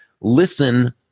listen